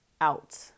out